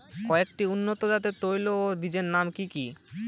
কয়েকটি উন্নত জাতের তৈল ও বীজের নাম কি কি?